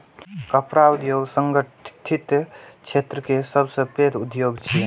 कपड़ा उद्योग संगठित क्षेत्र केर सबसं पैघ उद्योग छियै